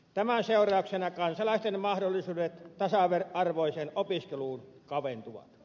tämän seurauksena kansalaisten mahdollisuudet tasa arvoiseen opiskeluun kaventuvat